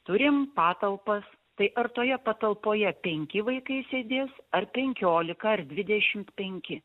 turim patalpas tai ar toje patalpoje penki vaikai sėdės ar penkiolika ar dvidešimt penki